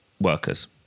workers